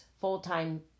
full-time